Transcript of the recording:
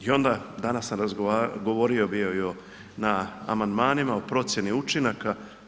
I onda danas sam govorio i o na amandmanima o procjeni učinaka.